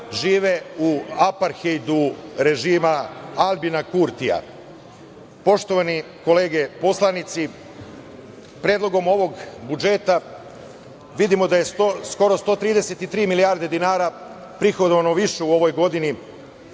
žive u aparthejdu režima Aljbina Kurtija. Poštovane kolege poslanici, predlogom ovog budžeta vidimo da je skoro 133 milijarde dinara prihodovano više u ovoj godini